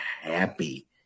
happy